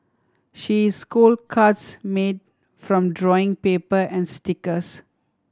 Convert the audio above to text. she cards made from drawing paper and stickers